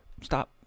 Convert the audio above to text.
stop